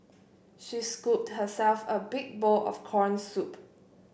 she scooped herself a big bowl of corn soup